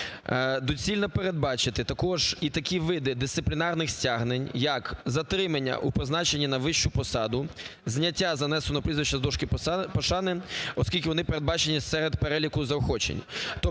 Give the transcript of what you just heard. Доцільно передбачити також і такі види дисциплінарних стягнень, як затримання у призначенні на вищу посаду, зняття занесеного прізвища з дошки пошани, оскільки вони передбачені серед переліку заохочень.